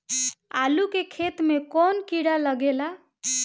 आलू के खेत मे कौन किड़ा लागे ला?